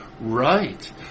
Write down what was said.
Right